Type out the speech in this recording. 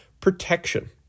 Protection